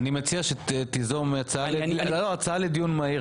אני מציע שתיזום הצעה לדיון מהיר,